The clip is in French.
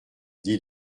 dis